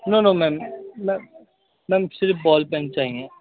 نو no ma'am ma'am ma'am صرف ball pen چاہئیں